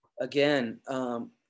again